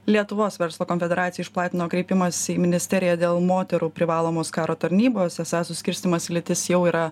lietuvos verslo konfederacija išplatino kreipimąsi į ministeriją dėl moterų privalomos karo tarnybos esą suskirstymas į lytis jau yra